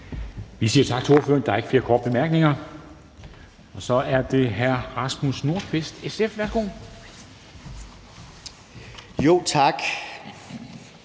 Vi siger tak til ordføreren. Der er ikke flere korte bemærkninger. Og så er det hr. Rasmus Nordqvist, SF. Værsgo. Kl.